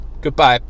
Goodbye